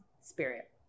spirit